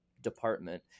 department